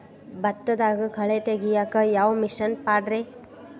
ಭತ್ತದಾಗ ಕಳೆ ತೆಗಿಯಾಕ ಯಾವ ಮಿಷನ್ ಪಾಡ್ರೇ?